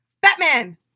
Batman